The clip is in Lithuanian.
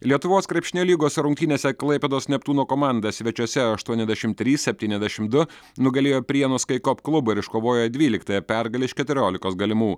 lietuvos krepšinio lygos rungtynėse klaipėdos neptūno komanda svečiuose aštuoniasdešim trys septyniasdešim du nugalėjo prienų skaikop klubą ir iškovojo dvyliktąją pergalę iš keturiolikos galimų